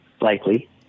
likely